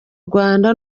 rwanda